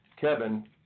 Kevin